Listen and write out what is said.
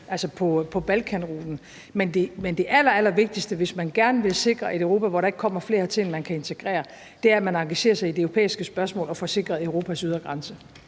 grænse på Balkanruten. Men det allervigtigste, hvis man gerne vil sikre et Europa, hvor der ikke kommer flere hertil, end man kan integrere, er, at man engagerer sig i det europæiske spørgsmål og får sikret Europas ydre grænse.